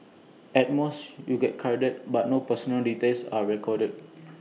at most you get carded but no personal details are recorded